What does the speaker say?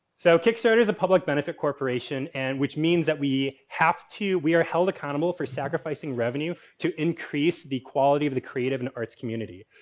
so, kickstarter is a public benefit corporation and which means that we have to, we are held accountable for sacrificing revenue to increase the quality of the creative and arts community.